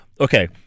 Okay